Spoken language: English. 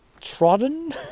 trodden